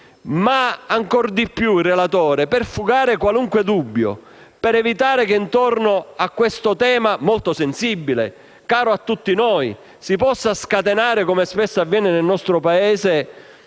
c'è assolutamente. Tuttavia, per fugare qualunque dubbio ed evitare che attorno a questo tema molto sensibile e caro a tutti noi si possa scatenare, come spesso avviene nel nostro Paese,